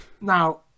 Now